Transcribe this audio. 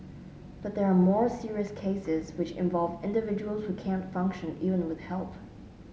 but there are more serious cases which involve individuals who can't function even with help